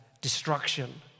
destruction